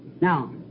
Now